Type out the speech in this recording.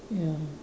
ya